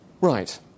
Right